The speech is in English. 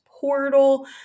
portal